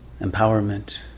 empowerment